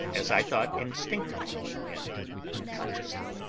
as i thought instinctively and unconsciously,